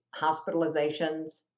hospitalizations